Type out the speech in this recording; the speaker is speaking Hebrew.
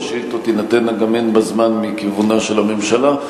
השאילתות תינתנה גם הן בזמן מכיוונה של הממשלה.